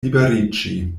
liberiĝi